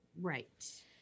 Right